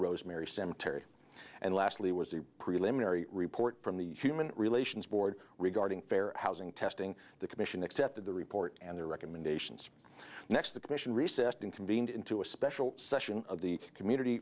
rosemary cemetery and lastly was the preliminary report from the human relations board regarding fair housing testing the commission accepted the report and the recommendations next the commission recessed in convened into a special session of the community